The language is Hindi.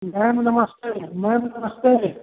मैम नमस्ते मैम नमस्ते